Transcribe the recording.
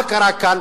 מה קרה כאן?